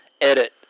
edit